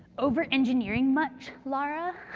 overengineering much, lara?